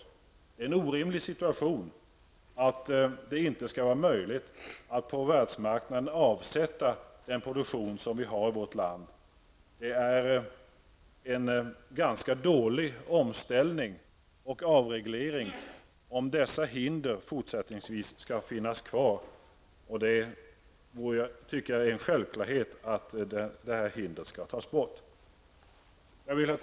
Det är en orimlig situation att det inte är möjligt att på världsmarknaden avsätta den produktion som vi har i vårt land. Det är en ganska dålig omställning och avreglering om dessa hinder fortsättningsvis skall finnas kvar. Det är en självklarhet att hindret skall tas bort. Herr talman!